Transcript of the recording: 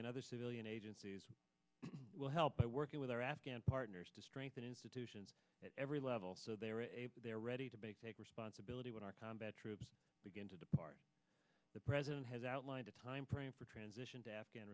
and other civilian agencies will help by working with our afghan partners to strengthen institutions at every level so they are there ready to take responsibility when our combat troops begin to depart the president has outlined a timeframe for transition to afghan